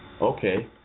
Okay